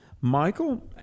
Michael